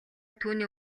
түүний